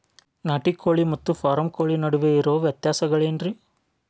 ನಾಟಿ ಕೋಳಿ ಮತ್ತ ಫಾರಂ ಕೋಳಿ ನಡುವೆ ಇರೋ ವ್ಯತ್ಯಾಸಗಳೇನರೇ?